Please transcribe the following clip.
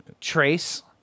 Trace